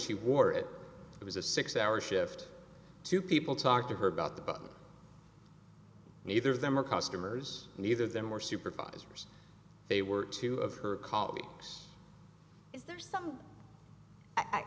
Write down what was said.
she wore it it was a six hour shift to people talk to her about the book neither of them are customers neither of them were supervisors they were two of her colleagues is there some